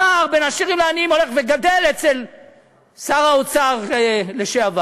הפער בין עשירים לעניים הולך וגדל אצל שר האוצר לשעבר.